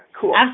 cool